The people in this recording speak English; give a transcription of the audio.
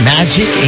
Magic